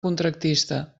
contractista